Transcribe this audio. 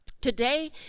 Today